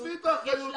עזבי את האחריות.